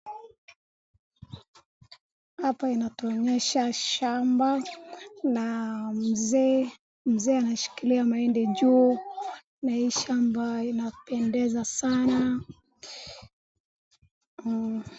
Hapa inatuonyesha shamba na mzee anashikilia mahindi juu na hii shamba inapendeza sana.